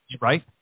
Right